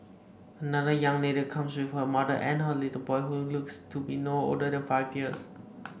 another young lady comes with her mother and a little boy who looks to be no older than five years